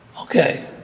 okay